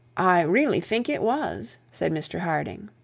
i really think it was said mr harding.